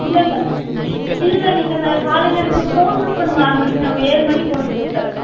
இல்லை இல்லை இல்லை இல்லயில்ல நீங்கள் அந்த காலையில் எனக்கு ஒரு ஃபோன் மட்டும் பண்ணுங்க ஆறு மணிக்கு நான் ஒரு ஏழு மணிக்கு கொண்டு வந்து கொடுத்துர்றேன்